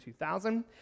2000